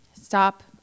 stop